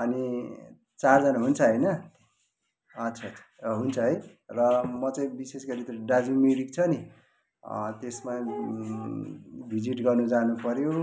अनि चारजना हुन्छ होइन अच्छा अच्छा हुन्छ है र म चाहिँ विशेष गरी त्यो दार्जिलिङ मिरिक छ नि त्यसमा भिजिट गर्न जानुपऱ्यो